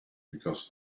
because